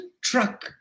truck